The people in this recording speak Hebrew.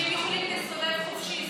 שהם יכולים להסתובב חופשי?